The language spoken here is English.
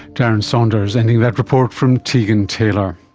darren saunders, ending that report from tegan taylor.